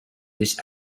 this